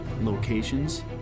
Locations